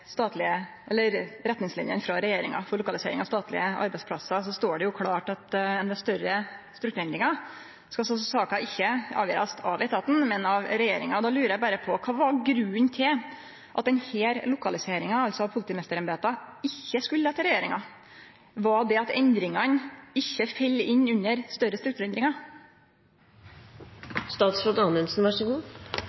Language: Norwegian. statlege arbeidsplassar, står det klart at ved større strukturendringar skal saka ikkje avgjerast av etaten, men av regjeringa. Då lurer eg berre på kva som var grunnen til at saka om lokaliseringa av politimeisterembeta ikkje skulle til regjeringa. Var det det at endringane ikkje fell inn under større strukturendringar?